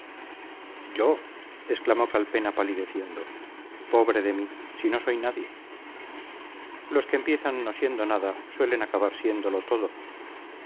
yo exclamó calpena palideciendo pobre de mí si no soy nadie los que empiezan no siendo nada suelen acabar siéndolo todo